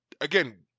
again